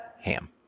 ham